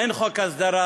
איזה כיף,